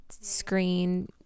screen